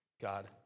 God